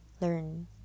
learn